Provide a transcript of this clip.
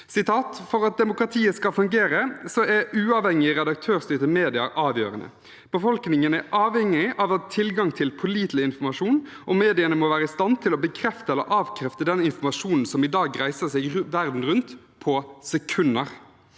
«For at demokratiet skal fungere, er uavhengige redaktørstyrte medier avgjørende. Befolkningen er avhengig av tilgang til pålitelig informasjon. Mediene må være i stand til å bekrefte eller avkrefte den informasjonen som i dag reiser verden rundt på sekunder.